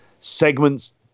Segments